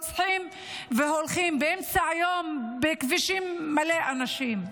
רוצחים והולכים באמצע היום בכבישים מלאי אנשים.